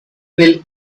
will